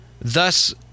thus